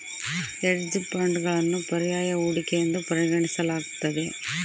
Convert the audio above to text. hedge ಫಂಡ್ಗಳನ್ನು ಪರ್ಯಾಯ ಹೂಡಿಕೆ ಎಂದು ಪರಿಗಣಿಸಲಾಗ್ತತೆ